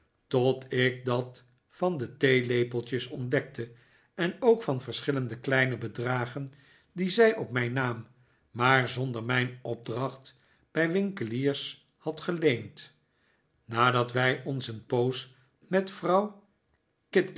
tot ik dat van de theelepeltjes ontdekte en ook van verschillende kleine bedragen die zij op mijn naam maar zonder mijn opdracht bij winkeliers had geleend nadat wij ons een poos met vrouw